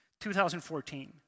2014